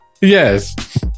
Yes